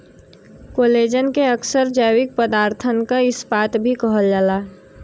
collagen के अक्सर जैविक पदारथन क इस्पात भी कहल जाला